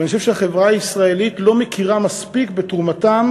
ואני חושב שהחברה הישראלית לא מכירה מספיק בתרומתם